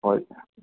ꯍꯣꯏ